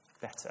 better